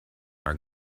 are